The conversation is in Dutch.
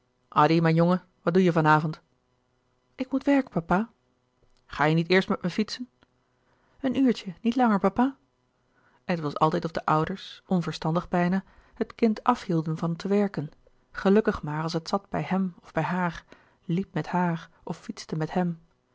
mijn jongen wat doe je van avond ik moet werken papa ga je niet eerst met me fietsen een uurtje niet langer papa en het was altijd of de ouders onverstandig louis couperus de boeken der kleine zielen bijna het kind af hielden van te werken gelukkig maar als het zat bij hem of bij haar liep met haar of fietste met hem